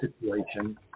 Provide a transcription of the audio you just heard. situation